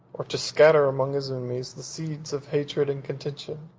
or to scatter among his enemies the seeds of hatred and contention.